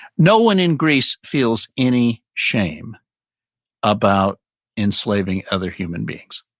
no one in greece feels any shame about enslaving other human beings,